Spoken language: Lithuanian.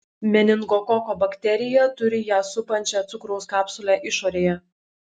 meningokoko bakterija turi ją supančią cukraus kapsulę išorėje